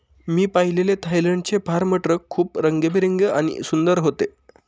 मी पाहिलेले थायलंडचे farm truck खूप रंगीबेरंगी आणि सुंदर होते